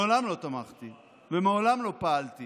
מעולם לא תמכתי ומעולם לא פעלתי